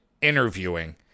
interviewing